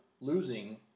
losing